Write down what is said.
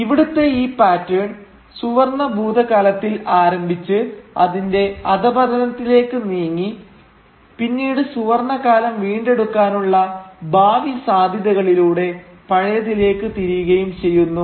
ഇവിടുത്തെ ഈ പാറ്റേൺ സുവർണ്ണ ഭൂതകാലത്തിൽ ആരംഭിച്ച് അതിന്റെ അധഃപതനത്തിലേക്ക് നീങ്ങി പിന്നീട് സുവർണകാലം വീണ്ടെടുക്കാനുള്ള ഭാവി സാധ്യതകളിലൂടെ പഴയതിലേക്ക് തിരിയുകയും ചെയ്യുന്നു